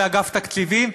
באגף תקציבים,